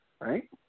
Right